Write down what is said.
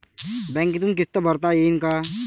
बँकेतून किस्त भरता येईन का?